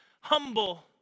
humble